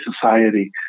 society